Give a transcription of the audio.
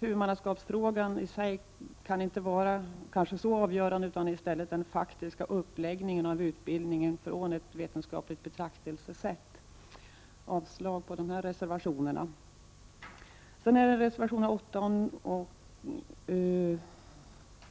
Huvudmannaskapsfrågan i sig kan inte vara det avgörande utan i stället den faktiska uppläggningen av utbildningen från ett vetenskapligt betraktelsesätt. Jag yrkar avslag på reservationerna.